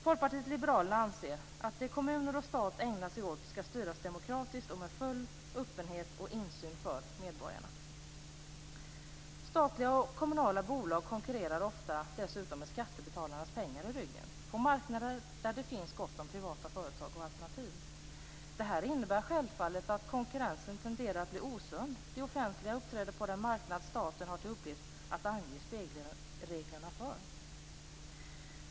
Folkpartiet liberalerna anser att det kommuner och stat ägnar sig åt skall styras demokratiskt och med full öppenhet och insyn för medborgarna. Statliga och kommunala bolag konkurrerar dessutom ofta, med skattebetalarnas pengar i ryggen, på marknader där det finns gott om privata företag och alternativ. Detta innebär självfallet att konkurrensen tenderar att bli osund: Det offentliga uppträder på den marknad staten har till uppgift att ange spelreglerna för.